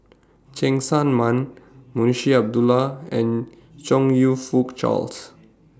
Cheng Tsang Man Munshi Abdullah and Chong YOU Fook Charles